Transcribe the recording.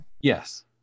yes